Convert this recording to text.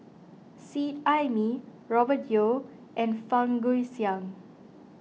Seet Ai Mee Robert Yeo and Fang Guixiang